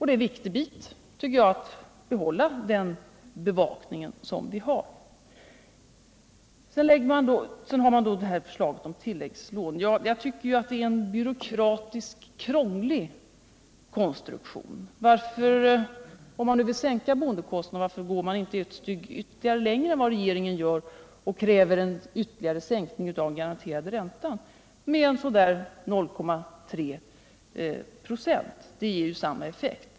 Det är viktigt att behålla den bevakning vi har. Jag tycker förslaget om tilläggslån är en byråkratiskt krånglig konstruktion. Om man nu vill sänka boendekostnaderna, varför går man inte ett steg längre än regeringen gör och kräver en ytterligare sänkning av den garanterade räntan med ca 0,43 26? Det ger ju samma effekt.